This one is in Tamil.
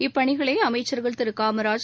இப்பணிகளைஅமைச்சர்கள் திருகாமராஜ்